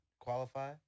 qualify